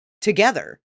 together